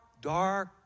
dark